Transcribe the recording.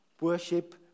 worship